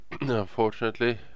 Unfortunately